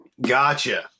Gotcha